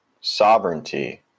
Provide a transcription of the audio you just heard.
sovereignty